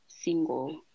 single